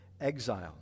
exile